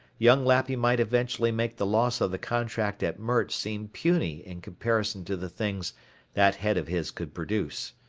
young lappy might eventually make the loss of the contract at mert seem puny in comparison to the things that head of his could produce.